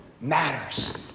matters